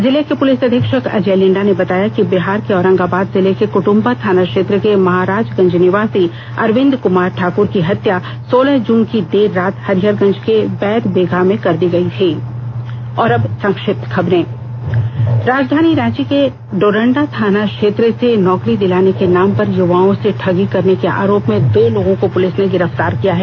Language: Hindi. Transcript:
जिले के पुलिस अधीक्षक अजय लिंडा ने बताया कि बिहार के औरंगाबाद जिले के कुटुम्बा थाना क्षेत्र के महराजगंज निवासी अरविन्द कुमार ठाकुर की हत्या सोलह जून की देर रात हरिहरगंज के वैधबिगहा में कर दी गयी थी राजधानी रांची के डोरंडा थाना क्षेत्र से नौकरी दिलाने के नाम पर युवाओं से ठगी करने के आरोप में दो लोगों को पुलिस ने गिरफ तार किया है